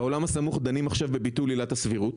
באולם הסמוך דנים עכשיו בביטול עילת הסבירות.